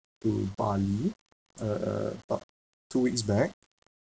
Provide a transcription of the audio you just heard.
to bali uh about two weeks back